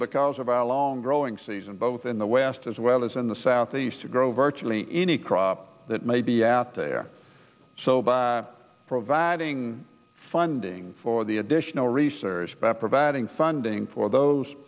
because of our long growing season both in the west as well as in the southeast to grow virtually any crop that may be after there so by providing funding for the additional research by providing funding for those